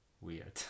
weird